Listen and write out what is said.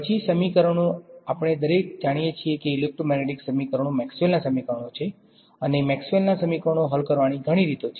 પછી સમીકરણો આપણે દરેક જાણીયે છિયે કે ઇલેક્ટ્રોમેગ્નેટિક સમીકરણો મેક્સવેલનાં સમીકરણો છે અને મેક્સવેલના સમીકરણો હલ કરવાની ઘણી રીતો છે